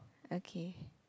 okay